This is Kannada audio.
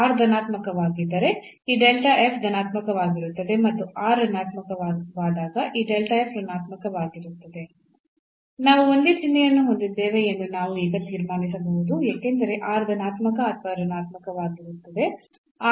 r ಧನಾತ್ಮಕವಾಗಿದ್ದರೆ ಈ ಧನಾತ್ಮಕವಾಗಿರುತ್ತದೆ ಮತ್ತು r ಋಣಾತ್ಮಕವಾದಾಗ ಈ ಋಣಾತ್ಮಕವಾಗಿರುತ್ತದೆ ನಾವು ಒಂದೇ ಚಿಹ್ನೆಯನ್ನು ಹೊಂದಿದ್ದೇವೆ ಎಂದು ನಾವು ಈಗ ತೀರ್ಮಾನಿಸಬಹುದು ಏಕೆಂದರೆ r ಧನಾತ್ಮಕ ಅಥವಾ ಋಣಾತ್ಮಕವಾಗಿರುತ್ತದೆ